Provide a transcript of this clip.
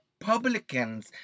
Republicans